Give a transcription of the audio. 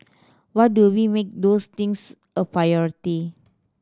what do we make those things a priority